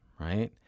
right